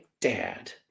dad